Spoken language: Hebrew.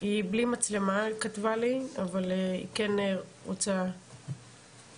היה לי חשוב להגיב ברמה